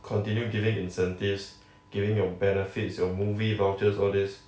continue giving incentives giving your benefits your movie vouchers all these